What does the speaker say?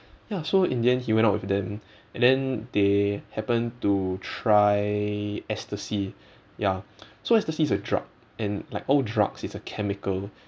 ya so in the end he went out with them and then they happen to try ecstasy ya so ecstasy is a drug and like all drugs is a chemical